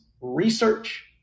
research